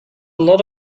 lot